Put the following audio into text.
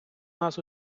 нас